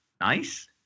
Nice